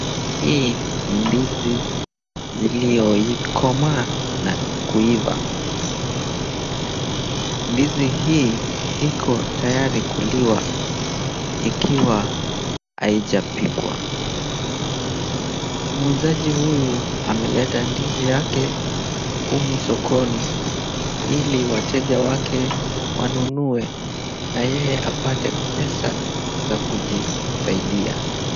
Hii ni ndizi iliyo komaa na kuiva. Ndizi hii iko tayari kuliwa ikiwa haijapikwa. Muuzaji huyu ameleta ndizi yake humu sokoni ili wateja wake wanunue na yeye apate pesa za kujisaidia.